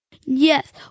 Yes